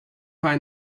find